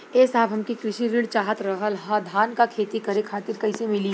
ए साहब हमके कृषि ऋण चाहत रहल ह धान क खेती करे खातिर कईसे मीली?